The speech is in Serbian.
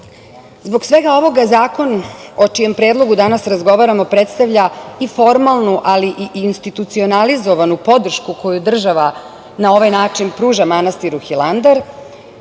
svega ovoga, Zakon o čijem predlogu danas razgovaramo predstavlja formalnu ali i institucionalizovanu podršku koju država na ovaj način pruža manastiru Hilandar